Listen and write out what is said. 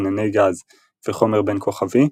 ענני גז וחומר בין-כוכבי,